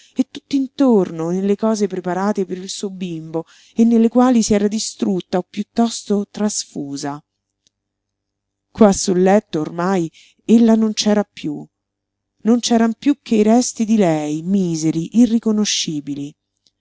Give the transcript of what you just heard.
e tutt'intorno nelle cose preparate per il suo bimbo e nelle quali si era distrutta o piuttosto trasfusa qua sul letto ormai ella non c'era piú non c'eran piú che i resti di lei miseri irriconoscibili